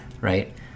Right